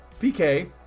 pk